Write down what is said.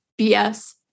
BS